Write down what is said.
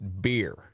beer